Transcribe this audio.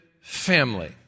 family